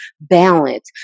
balance